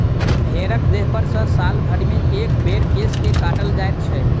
भेंड़क देहपर सॅ साल भरिमे एक बेर केश के काटल जाइत छै